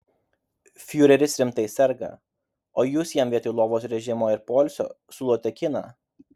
fiureris rimtai serga o jūs jam vietoj lovos režimo ir poilsio siūlote kiną